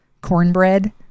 cornbread